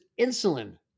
insulin